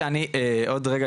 אבל בנקודה התחתונה,